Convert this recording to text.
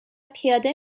پیاده